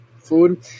food